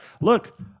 look